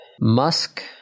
Musk